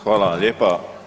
Hvala lijepa.